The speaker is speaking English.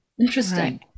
Interesting